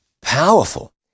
powerful